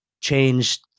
changed